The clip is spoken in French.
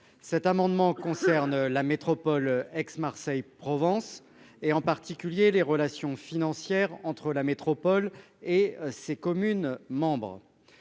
cet amendement concerne la métropole Aix- Marseille-Provence, et en particulier les relations financières entre la métropole et ses communes membres.